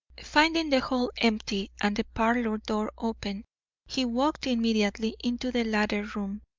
finding the hall empty and the parlour door open he walked immediately into the latter room.